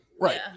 Right